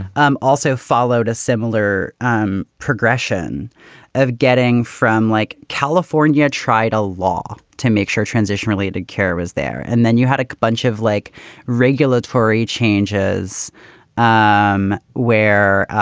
um also followed a similar um progression of getting from like california, tried a law to make sure transition related care was there. and then you had a bunch of like regulatory changes um where